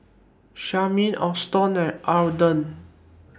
Charmaine Auston and Arden